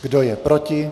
Kdo je proti?